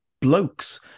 blokes